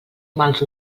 mals